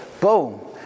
boom